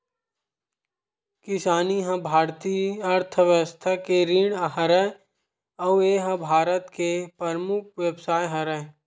किसानी ह भारतीय अर्थबेवस्था के रीढ़ हरय अउ ए ह भारत के परमुख बेवसाय हरय